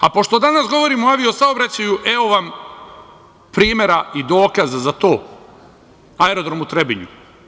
Pošto danas govorimo o avio saobraćaju evo vam primera i dokaza za to Aerodrom u Trebinju.